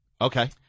Okay